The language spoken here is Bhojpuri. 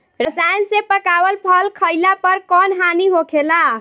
रसायन से पकावल फल खइला पर कौन हानि होखेला?